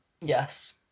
Yes